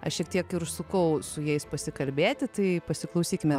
aš šiek tiek ir užsukau su jais pasikalbėti tai pasiklausykime